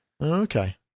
Okay